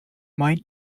mind